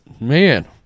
man